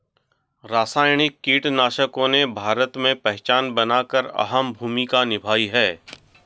रासायनिक कीटनाशकों ने भारत में पहचान बनाकर अहम भूमिका निभाई है